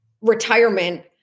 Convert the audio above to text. retirement